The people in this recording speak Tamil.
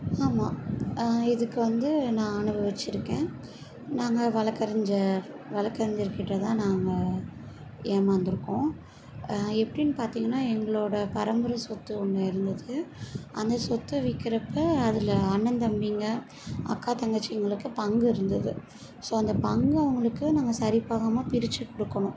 ஆமாம் இதுக்கு வந்து நான் அனுபவிச்சுருக்கேன் நாங்கள் வழக்கறிஞர் வழக்கறிஞர் கிட்ட தான் நாங்கள் ஏமாந்துருக்கோம் எப்படின்னு பார்த்திங்கனா எங்களோட பரம்பரை சொத்து ஒன்று இருந்துது அந்த சொத்தை விக்குறப்போ அதில் அண்ணன் தம்பிங்க அக்கா தங்கச்சிங்களுக்கு பங்கு இருந்துது ஸோ அந்த பங்கு அவங்களுக்கு நாங்கள் சரிபாகமாக பிரிச்சு கொடுக்கணும்